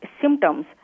symptoms